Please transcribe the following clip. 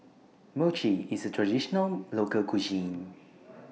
Mochi IS A Traditional Local Cuisine